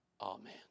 Amen